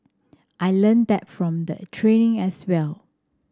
I learnt that from the training as well